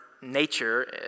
nature